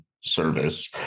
service